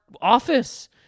office